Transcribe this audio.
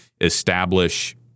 establish